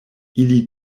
ili